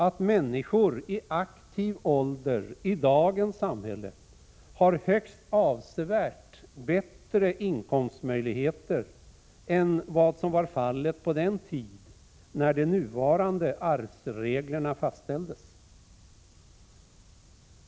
Att människor i aktiv ålder i dagens samhälle har högst avsevärt bättre inkomstmöjligheter än vad som var fallet på den tid när de nuvarande arvsreglerna fastställdes.